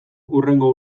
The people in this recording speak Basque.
hurrengo